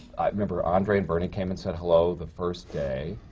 i remember andre and bernie came and said hello the first day.